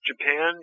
Japan